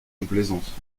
complaisance